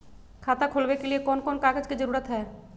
खाता खोलवे के लिए कौन कौन कागज के जरूरत है?